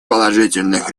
положительных